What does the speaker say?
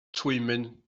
twymyn